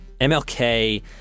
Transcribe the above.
MLK